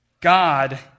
God